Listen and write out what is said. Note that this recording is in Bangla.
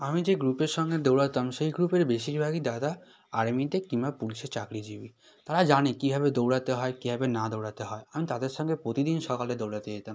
আমি যে গ্রুপের সঙ্গে দৌড়াতাম সেই গ্রুপের বেশিরভাগই দাদা আর্মিতে কিংবা পুলিশে চাকরিজীবী তারা জানে কীভাবে দৌড়াতে হয় কীভাবে না দৌড়াতে হয় আমি তাদের সঙ্গে প্রতিদিন সকালে দৌড়াতে যেতাম